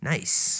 Nice